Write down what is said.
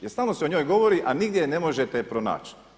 Jer stalno se o njoj govori a nigdje je ne možete pronaći.